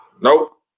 nope